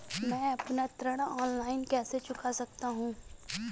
मैं अपना ऋण ऑनलाइन कैसे चुका सकता हूँ?